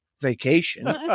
vacation